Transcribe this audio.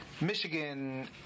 Michigan